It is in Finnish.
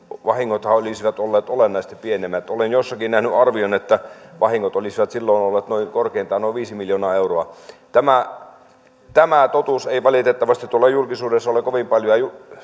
vahingothan olisivat olleet olennaisesti pienemmät olen jossakin nähnyt arvion että vahingot olisivat silloin olleet korkeintaan noin viisi miljoonaa euroa tämä tämä totuus ei valitettavasti tuolla julkisuudessa ole kovin paljoa